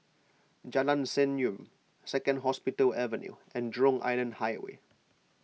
Jalan Senyum Second Hospital Avenue and Jurong Island Highway